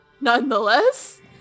nonetheless